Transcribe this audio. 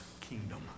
kingdom